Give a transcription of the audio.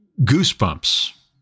goosebumps